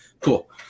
cool